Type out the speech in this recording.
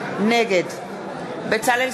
נגד בצלאל